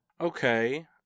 okay